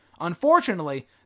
Unfortunately